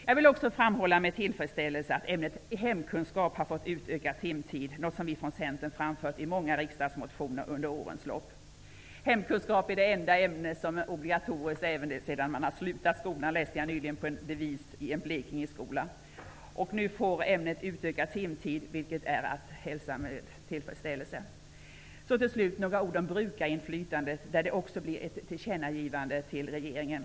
Jag vill också med tillfredsställelse framhålla att ämnet hemkunskap har fått utökad timtid, något som vi från Centern framfört i många riksdagsmotioner under årens lopp. Hemkunskap är det enda ämne som är obligatoriskt även sedan man har slutat skolan är en devis som jag nyligen läste i en Blekingeskola. Jag hälsar med tillfredsställelse att ämnet nu får utökad timtid. Till sist några ord om brukarinflytandet, där det också blir ett tillkännagivande till regeringen.